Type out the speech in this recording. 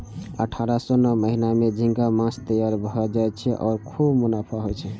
आठ सं नौ महीना मे झींगा माछ तैयार भए जाय छै आ खूब मुनाफा होइ छै